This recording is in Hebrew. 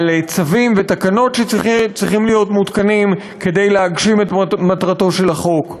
על צווים ותקנות שצריכים להיות מעודכנים כדי להגשים את מטרתו של החוק,